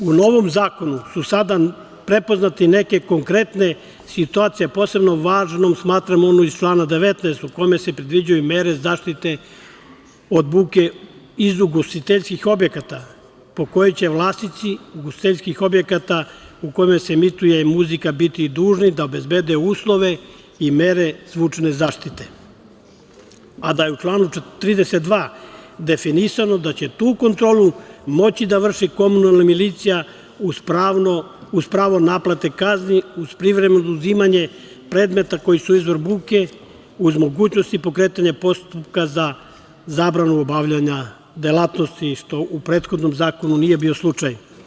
U novom zakonu su sada prepoznate i neke konkretne situacije, a posebno važnom smatram onu iz člana 19. u kome se predviđaju mere zaštite od buke iz ugostiteljskih objekata po kojoj će vlasnici ugostiteljskih objekata u kojima se emituje muzika biti dužni da obezbede uslove i mere zvučne zaštite, a u članu 32. je definisano da će tu kontrolu moći da vrši komunalna milicija, uz pravo naplate kazni uz privremeno oduzimanje predmeta koji su izvor buke, uz mogućnost pokretanja postupka za zabranu obavljanja delatnosti, što u prethodnom zakonu nije bio slučaj.